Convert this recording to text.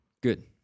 Good